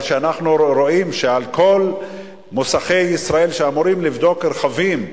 אבל כשאנחנו רואים שעל כל מוסכי ישראל שאמורים לבדוק רכבים,